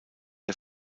der